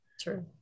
True